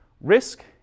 risk